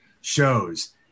shows